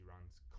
runs